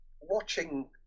watching